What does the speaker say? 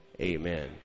amen